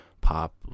pop